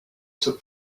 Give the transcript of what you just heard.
took